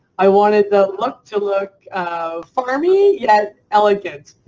i wanted the look to look um farmy yet elegant.